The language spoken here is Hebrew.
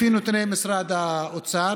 לפי נתוני משרד האוצר.